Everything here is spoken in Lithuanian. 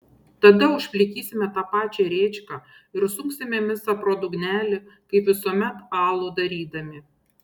tada užplikysime tą pačią rėčką ir sunksime misą pro dugnelį kaip visuomet alų darydami